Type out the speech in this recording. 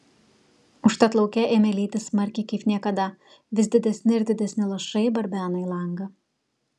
užtat lauke ėmė lyti smarkiai kaip niekada vis didesni ir didesni lašai barbeno į langą